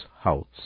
house